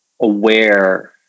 aware